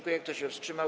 Kto się wstrzymał?